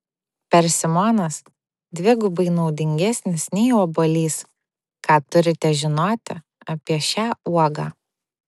persimonas dvigubai naudingesnis nei obuolys ką turite žinoti apie šią uogą